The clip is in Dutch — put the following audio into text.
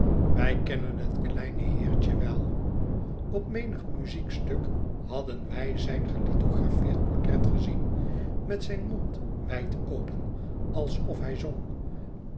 wij kennen het kleine heertje wel opmenig muziekstuk hadden wij zijn gelithographeerd portret gezien met zijn mond wijd open alsof hij zong